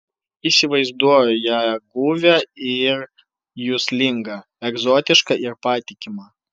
įsivaizduoju ją guvią ir juslingą egzotišką ir patikimą